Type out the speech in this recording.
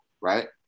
right